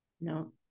no